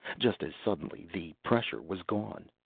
just as suddenly the pressure was gone.